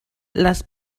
les